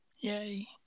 Yay